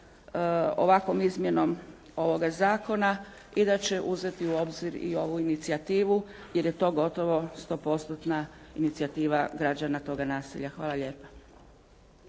ovakvom izmjenom ovoga zakona i da će uzeti u obzir i ovu inicijativu jer je to gotovo 100%-tna inicijativa građana toga naselja. Hvala lijepa.